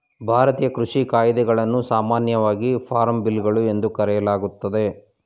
ಭಾರತೀಯ ಕೃಷಿ ಕಾಯಿದೆಗಳನ್ನು ಸಾಮಾನ್ಯವಾಗಿ ಫಾರ್ಮ್ ಬಿಲ್ಗಳು ಎಂದು ಕರೆಯಲಾಗ್ತದೆ